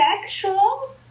sexual